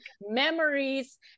memories